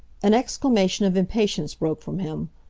an exclamation of impatience broke from him.